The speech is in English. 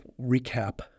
recap